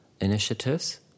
initiatives